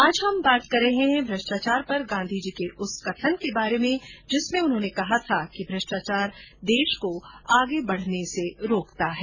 आज हम बात कर रहे हैं भ्रष्टाचार पर गांधीजी के उस कथन के बारे में जिसमें उन्होंने कहा था कि भ्रष्टाचार देश को आगे बढने से रोकता है